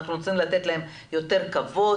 אנחנו רוצים לתת להם יותר כבוד,